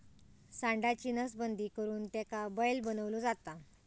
सांडाची नसबंदी करुन त्याका बैल बनवलो जाता